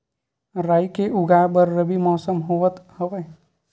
राई के उगाए बर रबी मौसम होवत हवय?